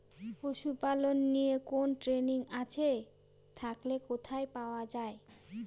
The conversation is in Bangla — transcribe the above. পশুপালন নিয়ে কোন ট্রেনিং আছে থাকলে কোথায় পাওয়া য়ায়?